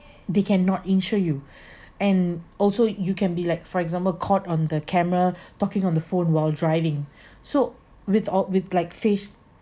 they cannot insure you and also you can be like for example caught on the camera talking on the phone while driving so with all with like facial